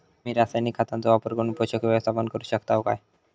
मी रासायनिक खतांचो वापर करून पोषक व्यवस्थापन करू शकताव काय?